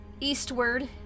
eastward